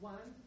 One